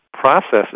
processes